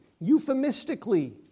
euphemistically